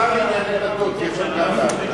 גם השר לענייני דתות יכול להשיב.